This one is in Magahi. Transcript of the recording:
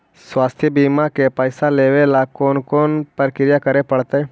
स्वास्थी बिमा के पैसा लेबे ल कोन कोन परकिया करे पड़तै?